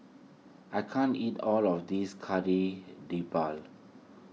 I can't eat all of this Kari Debal